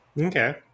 Okay